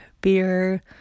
beer